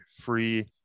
free